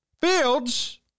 Fields